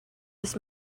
his